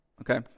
Okay